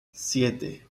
siete